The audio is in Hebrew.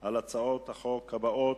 על הצעות החוק הבאות,